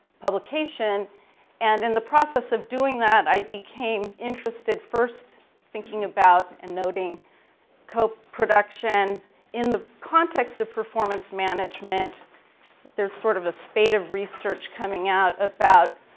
publication and in the process of doing that i became interested first thinking about and noting coproduction in the context of performance management there's sort of a spate of research coming out about